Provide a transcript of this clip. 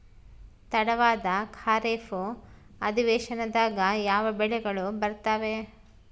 ತಡವಾದ ಖಾರೇಫ್ ಅಧಿವೇಶನದಾಗ ಯಾವ ಬೆಳೆಗಳು ಬರ್ತಾವೆ?